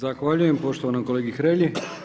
Zahvaljujem poštovanom kolegi Hrelji.